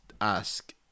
ask